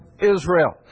Israel